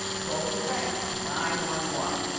that's alls i'm saying. nine one one.